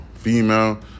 Female